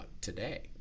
today